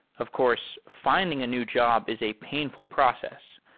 of course, fi nding a new job is a painful process.